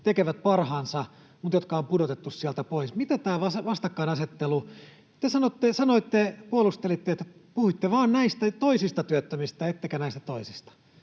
tekevät parhaansa mutta jotka on pudotettu sieltä pois. Mitä tämä vastakkainasettelu... Te puolustelitte, että puhuitte vain näistä toisista työttömistä ettekä näistä toisista.